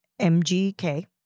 MGK